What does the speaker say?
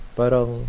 parang